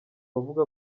avuga